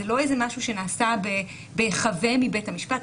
זה לא משהו שנעשה בהיחבא מבית המשפט,